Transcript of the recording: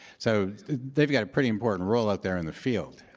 so they've got a pretty important role out there in the field.